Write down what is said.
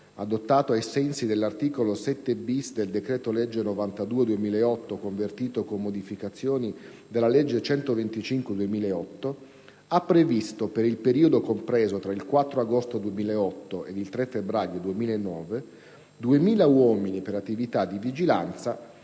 (adottato ai sensi dell'articolo 7*-bis* del decreto-legge n. 92 del 2008, convertito, con modificazioni, dalla legge n. 125 del 2008) ha previsto, per un periodo compreso dal 4 agosto 2008 al 3 febbraio 2009, 2.000 uomini per attività di vigilanza